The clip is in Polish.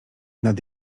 nad